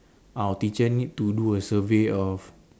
our teacher need to do a survey of